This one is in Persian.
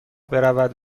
برود